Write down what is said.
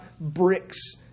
bricks